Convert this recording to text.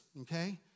okay